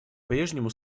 прежнему